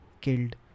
killed